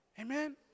Amen